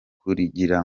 kugira